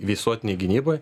visuotinėi gynyboj